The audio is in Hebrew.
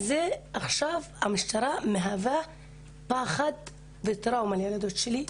ועכשיו המשטרה מהווה פחד וטראומה לילדות שלי,